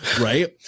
Right